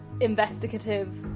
investigative